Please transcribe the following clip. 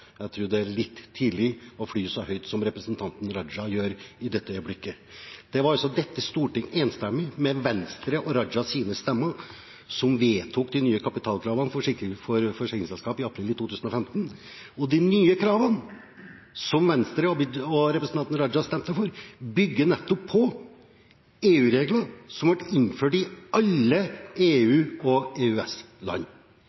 Jeg tror det er litt tidlig å fly så høyt som representanten Raja gjør i dette øyeblikket. Det var dette stortinget – enstemmig, med Venstre og Rajas stemmer – som vedtok de nye kapitalkravene for forsikringsselskap i april 2015. De nye kravene, som Venstre og representanten Raja stemte for, bygger nettopp på EU-regler som ble innført i alle